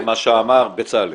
זה מה שאמר בצלאל.